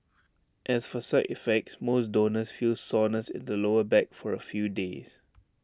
as for side effects most donors feel soreness in the lower back for A few days